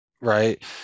right